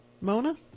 Mona